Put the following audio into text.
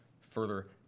Further